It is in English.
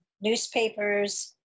newspapers